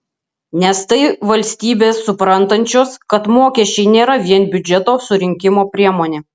nes tai valstybės suprantančios kad mokesčiai nėra vien biudžeto surinkimo priemonė